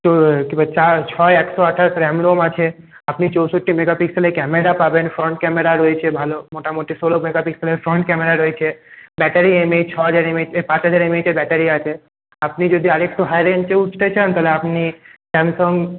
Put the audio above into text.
কী বলে চার ছয় একশো আঠাশ র্যাম রম আছে আপনি চৌষট্টি মেগাপিক্সেলে ক্যামেরা পাবেন ফ্রন্ট ক্যামেরা রয়েছে ভাল মোটামুটি ষোলো মেগাপিক্সালের ফ্রন্ট ক্যামেরা রয়েছে ব্যাটারি এমএইচ ছ হাজার এমএইচের পাঁচ হাজর এমএইচের ব্যাটারি আছে আপনি যদি আর একটু হাই রেঞ্জও উঠতে চান তাহলে আপনি স্যামসাঙ